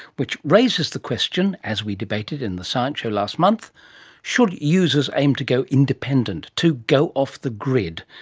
which raises the question as we debated in the science show last month should users aim to go independent to go off the the grid?